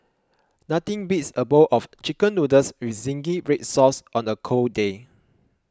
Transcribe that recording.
nothing beats a bowl of Chicken Noodles with Zingy Red Sauce on a cold day